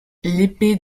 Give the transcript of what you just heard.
épée